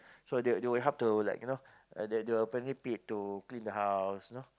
so they they will help to like you know they they were apparently paid to clean the house you know